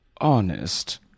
honest